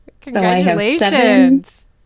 Congratulations